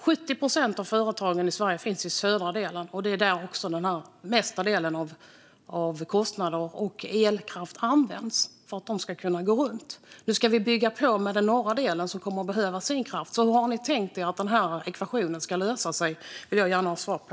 70 procent av företagen i Sverige finns i den södra delen, och det är där den största delen av elkraften används, för att de ska kunna gå runt. Nu ska vi bygga på med den norra delen som kommer att behöva sin kraft. Hur har ni tänkt att denna ekvationen ska lösas? Det vill jag gärna ha svar på.